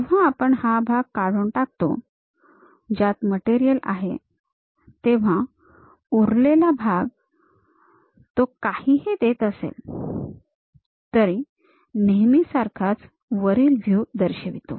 जेव्हा आपण हा भाग काढून टाकतो ज्यात मटेरियल आहे तेव्हा उरलेला भाग हा तो काहीही देत असेल तर नेहमीसारखाच वरील व्ह्यू दर्शवितो